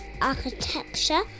architecture